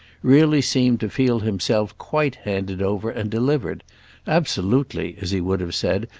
really seemed to feel himself quite handed over and delivered absolutely, as he would have said,